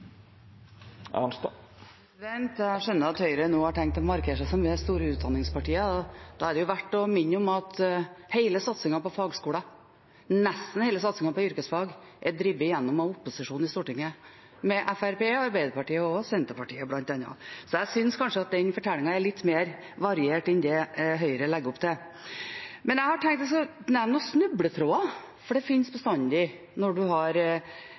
Høyre nå har tenkt å markere seg som det store utdanningspartiet. Da er det verdt å minne om at hele satsingen på fagskoler og nesten hele satsingen på yrkesfag er drevet gjennom av opposisjonen i Stortinget, med bl.a. Fremskrittspartiet, Arbeiderpartiet og Senterpartiet, så jeg syns kanskje at den fortellingen er litt mer variert enn det Høyre legger opp til. Men jeg har tenkt å nevne noen snubletråder, for det finnes bestandig når man har